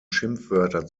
schimpfwörter